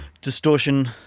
distortion